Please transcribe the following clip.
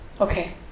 Okay